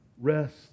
Rest